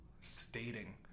stating